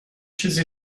چیزی